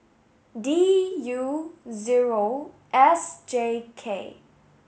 D U zero S J K